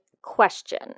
question